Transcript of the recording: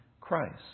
Christ